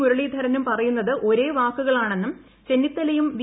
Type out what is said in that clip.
മുരളീധരനും പറയുന്നത് ഒരേ വാക്കുകളാണെന്നും ചെന്നിത്തലയും വി